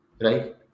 right